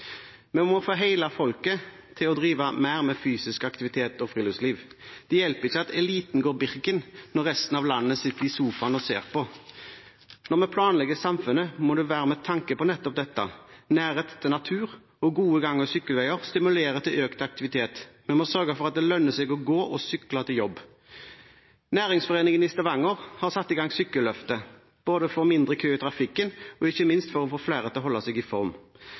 Vi må få hele folket til å drive med mer fysisk aktivitet og friluftsliv. Det hjelper ikke at eliten går Birken når resten av landet sitter i sofaen og ser på. Når vi planlegger samfunnet, må det være med tanke på nettopp dette. Nærhet til natur og gode gang- og sykkelveier stimulerer til økt aktivitet. Vi må sørge for at det lønner seg å gå og sykle til jobb. Næringsforeningen i Stavanger har satt i gang Sykkelløftet, både for å få mindre kø i trafikken og – ikke minst – for å få flere til å holde seg i form.